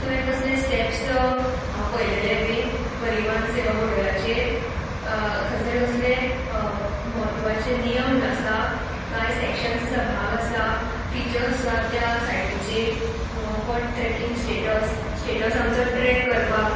तुवें कसले स्टेप्स पयलेले बीन परिवन सेवा बोटलाचेर खंयसर कसले म्हत्वाचे नियम जे आसा कांय सेक्शन्स आसा भाग आसा फिचर्स आसा त्या सायटीचेर फॉर ट्रॅकिंग स्टेटस स्टेटस आमचो ट्रॅक करपाक